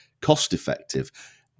cost-effective